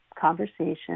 conversation